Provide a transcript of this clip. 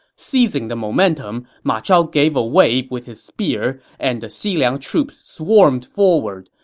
seizing the momentum, ma chao gave a wave with his spear, and the xiliang troops swarmed forward.